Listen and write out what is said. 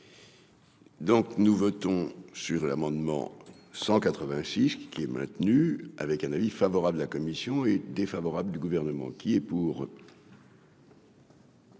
Donc, nous votons sur l'amendement 186 qui qui est maintenu avec un avis favorable de la commission est défavorable du gouvernement qui est pour.